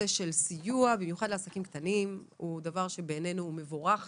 של סיוע במיוחד עסקים קטנים הוא דבר שבעינינו מבורך,